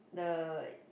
the